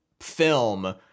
film